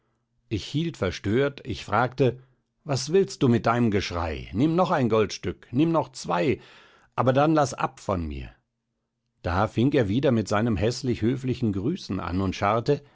ich hielt verstört ich fragte was willst du mit deinem geschrei nimm noch ein goldstück nimm noch zwei aber dann laß ab von mir da fing er wieder mit seinem häßlich höflichen grüßen an und schnarrte